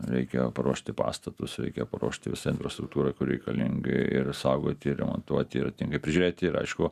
reikėjo paruošti pastatus reikia paruošti visą infrastruktūrą kur reikalingi ir saugoti remontuoti ir atinkai prižiūrėti ir aišku